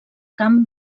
camp